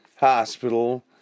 Hospital